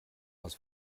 aus